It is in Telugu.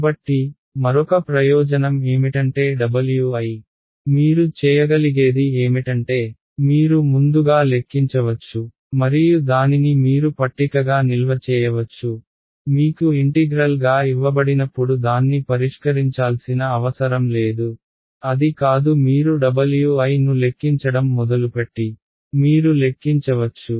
కాబట్టి మరొక ప్రయోజనం ఏమిటంటే Wi మీరు చేయగలిగేది ఏమిటంటే మీరు ముందుగా లెక్కించవచ్చు మరియు దానిని మీరు పట్టికగా నిల్వ చేయవచ్చు మీకు ఇంటిగ్రల్ గా ఇవ్వబడినప్పుడు దాన్ని పరిష్కరించాల్సిన అవసరం లేదు అది కాదు మీరు Wi ను లెక్కించడం మొదలుపెట్టి మీరు లెక్కించవచ్చు